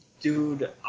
dude